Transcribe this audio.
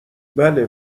بله